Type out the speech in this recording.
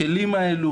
הכלים האלה,